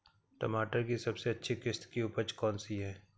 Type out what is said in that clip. टमाटर की सबसे अच्छी किश्त की उपज कौन सी है?